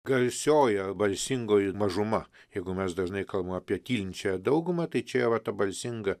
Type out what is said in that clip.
garsioji balsingoji mažuma jeigu mes dažnai kalbam apie tylinčiąją daugumą tai čia va ta balsinga